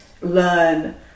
learn